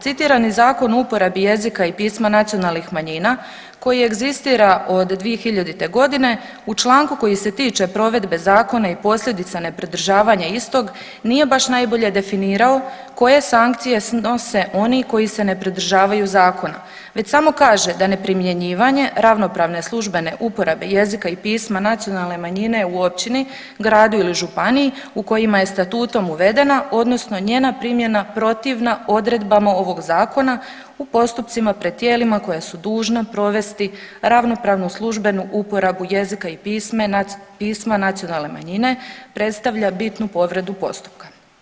Citirani Zakon o uporabi jezika i pisma nacionalnih manjina koji egzistira od 2000. godine u članku koji se tiče provedbe zakona i posljedica nepridržavanja istog nije baš najbolje definirao koje sankcije snose oni koji se ne pridržavaju zakona već samo kaže da neprimjenjivanje ravnopravne službene uporabe jezika i pisma nacionalne manjine u općini, gradu ili županiji u kojima je statutom uvedeno odnosno njena primjena protivna odredbama ovog zakona u postupcima pred tijelima koja su dužna provesti ravnopravnu službenu uporabu jezika i pisma nacionalne manjine predstavlja bitnu povredu postupka.